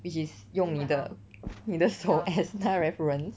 which is 用你的你的手 as 它 reference